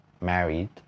married